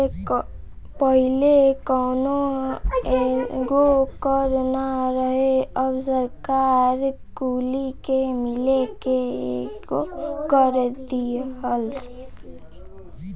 पहिले कौनो एगो कर ना रहे अब सरकार कुली के मिला के एकेगो कर दीहलस